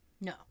No